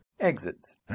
Exits